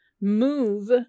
move